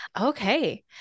Okay